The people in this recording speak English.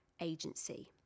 agency